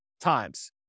times